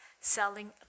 selling